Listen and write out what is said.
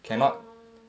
cannot